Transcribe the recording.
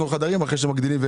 בכל אופן,